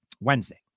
Wednesday